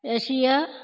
Russia